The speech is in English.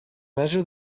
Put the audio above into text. measure